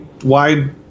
wide